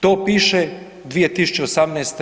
To piše 2018.